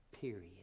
Period